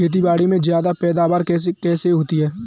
खेतीबाड़ी में ज्यादा पैदावार कैसे होती है?